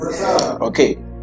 okay